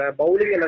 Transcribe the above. bowling